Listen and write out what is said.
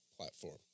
platform